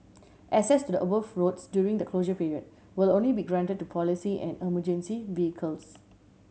access to the above roads during the closure period will only be granted to police and emergency vehicles